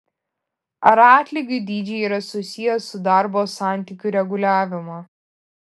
ar atlygių dydžiai yra susiję su darbo santykių reguliavimu